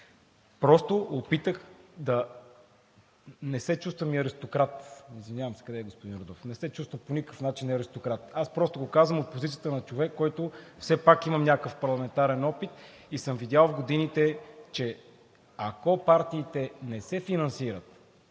Просто опитах да… Не се чувствам и аристократ. Извинявайте, къде е господин Йорданов? Не се чувствам по никакъв начин и аристократ. Просто го казвам от позицията на човек, който все пак имам някакъв парламентарен опит и съм видял в годините, че ако партиите не се финансират